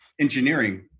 engineering